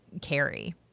carry